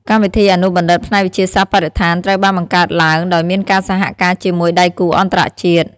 កម្មវិធីអនុបណ្ឌិតផ្នែកវិទ្យាសាស្ត្របរិស្ថាន ត្រូវបានបង្កើតឡើងដោយមានការសហការជាមួយដៃគូអន្តរជាតិ។